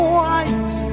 white